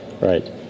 right